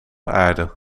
aarde